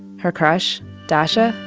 her crush, dasa,